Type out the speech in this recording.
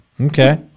Okay